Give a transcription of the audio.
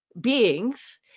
beings